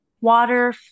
water